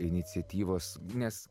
iniciatyvos nes